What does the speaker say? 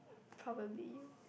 probably